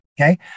Okay